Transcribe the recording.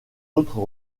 autres